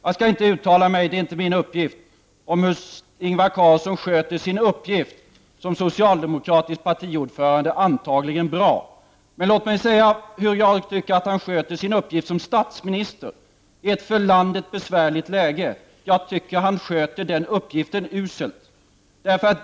Det är inte min uppgift att uttala mig om hur Ingvar Carlsson sköter sitt arbete. Han är antagligen bra som socialdemokratisk partiordförande, men låt mig säga vad jag anser om hur han sköter sin uppgift som statsminister i ett för landet besvärligt läge. Jag tycker att han sköter denna sin uppgift uselt.